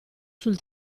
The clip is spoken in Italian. sul